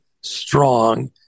strong